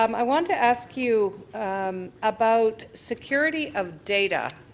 um i want to ask you um about security of data.